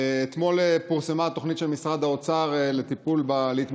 אתמול פורסמה התוכנית של משרד האוצר להתמודדות